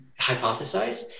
hypothesize